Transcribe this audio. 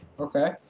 Okay